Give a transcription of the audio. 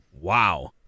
Wow